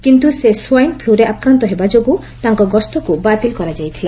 କିନ୍ତୁ ସେ ସ୍ୱାଇନ୍ ଫ୍ଲରେ ଆକ୍ରାନ୍ନ ହେବା ଯୋଗୁଁ ତାଙ୍କ ଗସ୍ତକୁ ବାତିଲ୍ କରାଯାଇଥିଲା